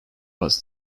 was